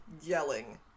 yelling